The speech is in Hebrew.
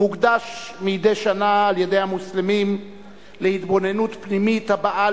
מוקדש מדי שנה על-ידי המוסלמים להתבוננות פנימית הבאה